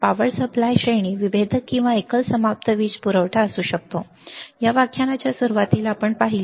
power supply वीज पुरवठा श्रेणी विभेदक किंवा एकल समाप्त वीज पुरवठा प्रकार असू शकते या व्याख्यानाच्या सुरुवातीला आपण पाहिले